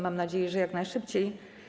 Mam nadzieję, że jak najszybciej.